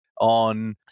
on